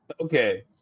Okay